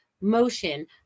motion